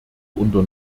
unter